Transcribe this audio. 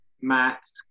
maths